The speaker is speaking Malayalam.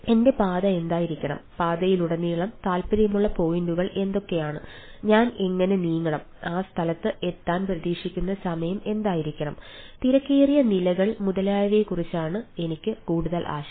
എന്റെ പാത എന്തായിരിക്കണം പാതയിലുടനീളം താൽപ്പര്യമുള്ള പോയിന്റുകൾ എന്തൊക്കെയാണ് ഞാൻ എങ്ങനെ നീങ്ങണം ആ സ്ഥലത്ത് എത്താൻ പ്രതീക്ഷിക്കുന്ന സമയം എന്തായിരിക്കാം തിരക്കേറിയ നിലകൾ മുതലായവയെക്കുറിച്ചയാണ് എനിക്ക് കൂടുതൽ ആശങ്ക